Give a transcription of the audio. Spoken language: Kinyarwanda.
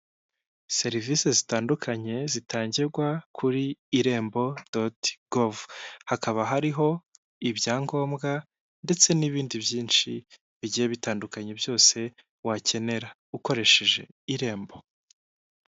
Serivise zitandukanye zitangirwa kuri irembo toti gove, hakaba hariho ibyangombwa ndetse n'ibindi byinshi bigiye bitandukanye byose wakenera, ukoresheje irembo.